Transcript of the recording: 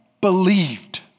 believed